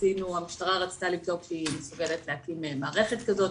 המשטרה רצתה לבדוק שהיא מסוגלת להקים מערכת כזאת